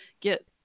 get